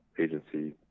agency